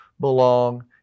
belong